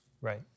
Right